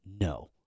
no